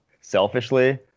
selfishly